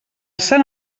sant